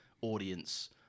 audience